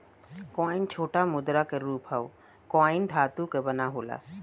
coin छोटा मुद्रा क रूप हौ कॉइन धातु क बना होला